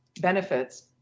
benefits